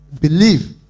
believe